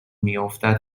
میافتد